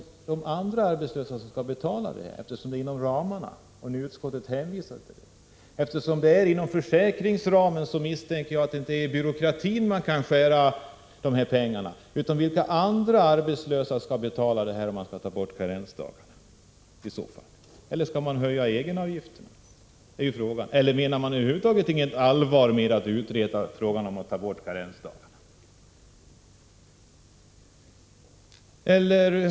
Vilka andra arbetslösa skall då betala för detta? Finansieringen skall ske inom arbetslöshetsförsäkringens nuvarande ram, och jag misstänker att man inte genom nedskärningar inom byråkratin kan få fram de pengar det gäller. Eller skall man höja egenavgifterna? Menar man över huvud taget allvar med utredningen om borttagande av karensdagarna?